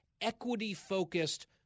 equity-focused